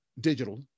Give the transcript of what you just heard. digital